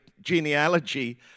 genealogy